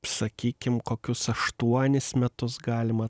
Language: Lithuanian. sakykim kokius aštuonis metus galima